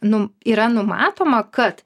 nu yra numatoma kad